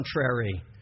contrary